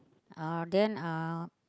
uh then uh